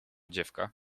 dziewka